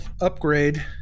upgrade